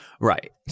right